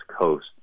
coast